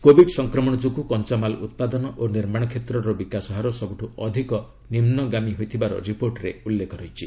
Covid ସଂକ୍ରମଣ ଯୋଗୁଁ କଞ୍ଚାମାଲ୍ ଉତ୍ପାଦନ ଓ ନିର୍ମାଣ କ୍ଷେତ୍ରର ବିକାଶ ହାର ସବୁଠୁ ଅଧିକ ନିମ୍ନଗାମୀ ହୋଇଥିବାର ରିପୋର୍ଟରେ ଉଲ୍ଲେଖ ରହିଛି